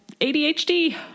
ADHD